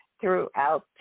throughout